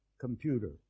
computer